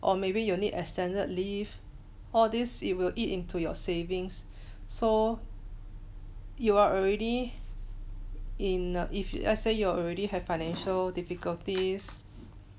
or maybe you need extended leave all this it will eat into your savings so you are already in if let say you already have financial difficulties